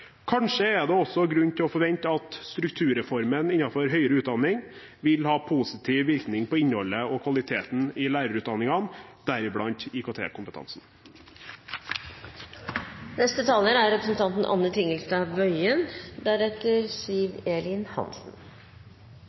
også grunn til å forvente at strukturreformen innenfor høyere utdanning vil ha positiv virkning på innholdet og kvaliteten i lærerutdanningene, deriblant